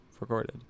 recorded